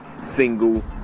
single